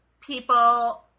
people